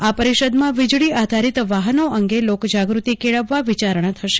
આ પરિષદમાં વિજળી આધારીત વાહનો અંગે લોકજાગૃતિ કેળવવા વિચારણા થશે